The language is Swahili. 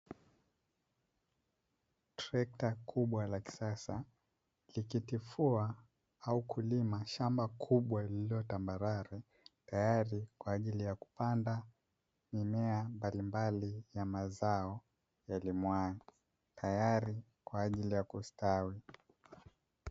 Trekta kubwa la kisasa likitifua au kulima shamba kubwa lililo tambarare, tayari kwa ajili ya kupanda mimea mbalimbali ya mazao yalimwayo tayari kwa ajili ya kustawi.